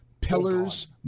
pillars